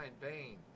Bane